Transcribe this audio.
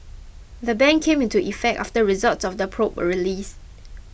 the ban came into effect after results of the probe were released